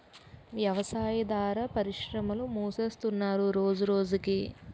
వ్యవసాయాదార పరిశ్రమలు మూసేస్తున్నరు రోజురోజకి